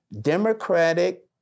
Democratic